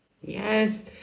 Yes